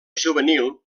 juvenil